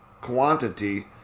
quantity